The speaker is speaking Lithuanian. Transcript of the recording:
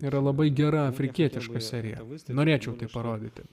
yra labai gera afrikietiška serialus tai norėčiau tai parodyti